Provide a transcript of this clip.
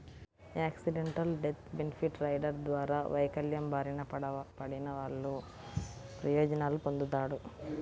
accidental death benefit rider ద్వారా వైకల్యం బారిన పడినవాళ్ళు ప్రయోజనాలు పొందుతాడు